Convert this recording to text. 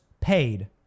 paid